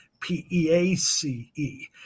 P-E-A-C-E